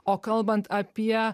o kalbant apie